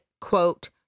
quote